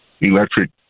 electric